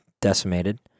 decimated